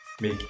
make